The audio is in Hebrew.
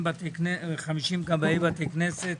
זה 50 גבאי בתי כנסת